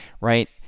right